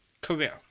career